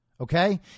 Okay